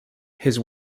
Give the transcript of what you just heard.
his